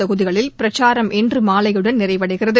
தொகுதிகளில் பிரச்சாரம் இன்று மாலையுடன் நிறைவடைகிறது